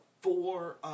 four